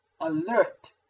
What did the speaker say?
alert